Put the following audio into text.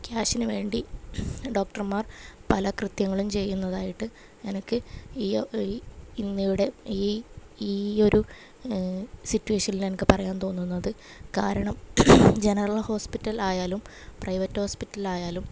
ക്യാഷിന് വേണ്ടി ഡോക്ടർമാർ പല കൃത്യങ്ങളും ചെയ്യുന്നതായിട്ട് എനിക്ക് ഈയൊരു ഈ ഇന്നിവിടെ ഈ ഈയൊരു സിറ്റുവേഷനിലെനിക്ക് പറയാൻ തോന്നുന്നത് കാരണം ജെനറൽ ഹോസ്പിറ്റൽ ആയാലും പ്രൈവറ്റോസ്പ്പിറ്റലായാലും